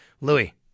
Louis